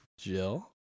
Jill